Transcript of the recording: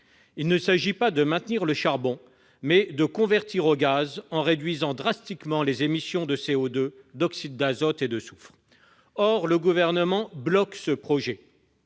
Il s'agit non pas de maintenir le charbon, mais de convertir au gaz, en réduisant drastiquement les émissions de CO2, d'oxyde d'azote et de soufre. Or le Gouvernement bloque ce projet.